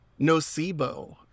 nocebo